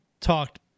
talked